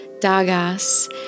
dagas